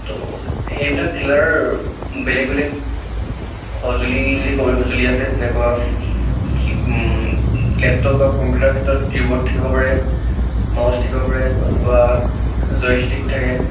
ত' সেইবিলাক খেলাৰ বেলেগ বেলেগ সঁজুলি বুলি ক'বলে সঁজুলি আছে যেনেকুৱা কি লেপটপ বা কম্পিউটাৰৰ ক্ষেত্ৰত কী ব'ৰ্ড থাকিব পাৰে মাউচ থাকিব পাৰে নতুবা জয়ষ্টিক থাকে